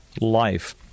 life